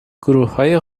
گروههای